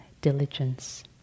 diligence